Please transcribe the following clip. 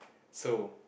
so